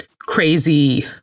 crazy